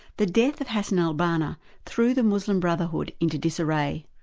the death of hassan al-banna threw the muslim brotherhood into disarray.